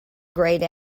grayed